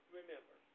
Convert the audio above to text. remember